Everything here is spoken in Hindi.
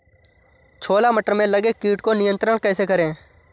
छोला मटर में लगे कीट को नियंत्रण कैसे करें?